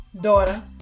daughter